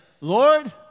Lord